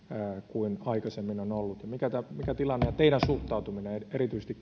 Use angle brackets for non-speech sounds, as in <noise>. kuin aikaisemmin on ollut mikä on tilanne teidän suhtautumisenne erityisesti <unintelligible>